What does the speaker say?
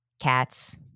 cats